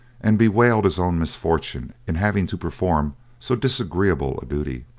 and bewailed his own misfortune in having to perform so disagreeable a duty.